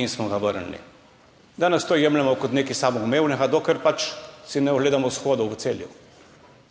In smo ga vrnili. Danes to jemljemo kot nekaj samoumevnega, dokler pač si ne ogledamo shodov v Celju,